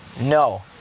no